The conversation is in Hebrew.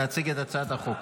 להציג את הצעת החוק.